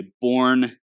born